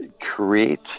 create